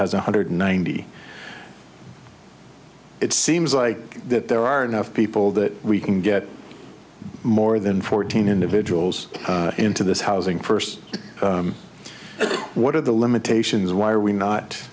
one hundred ninety it seems like that there are enough people that we can get more than fourteen individuals into this housing first what are the limitations why are we not